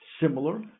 similar